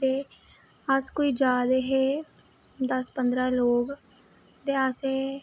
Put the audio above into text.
ते अस कोई जा दे हे दस पंदरां लोग ते असें